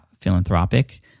philanthropic